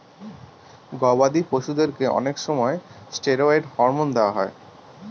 গবাদি পশুদেরকে অনেক সময় ষ্টিরয়েড হরমোন দেওয়া হয়